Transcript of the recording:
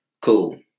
Cool